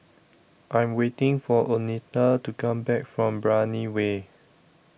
I Am waiting For Oneta to Come Back from Brani Way